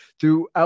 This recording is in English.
throughout